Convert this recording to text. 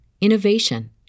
innovation